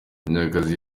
munyakazi